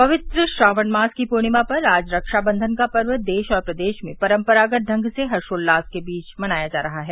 पवित्र श्रावण मास की पूर्णिमा पर आज रक्षाबंधन का पर्व देश और प्रदेश में परम्परागत ढंग से हर्षोल्लास के बीच मनाया जा रहा है